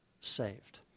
saved